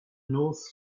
north